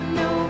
no